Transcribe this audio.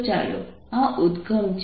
તો ચાલો આ ઉદ્દગમ છે